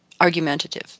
argumentative